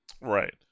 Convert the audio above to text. Right